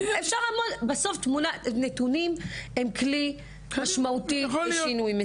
בסוף נתונים הם כלי משמעותי לשינוי מציאות.